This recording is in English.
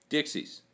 Dixie's